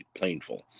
painful